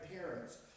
parents